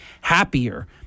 happier